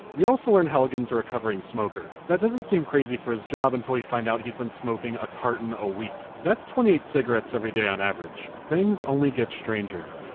we also learn halligan's a recovering smoker. that doesn't seem crazy for his job, until you find out he's been smoking a carton a week. that's twenty eight cigarettes every day, on average. things only get stranger.